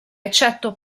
eccetto